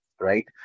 right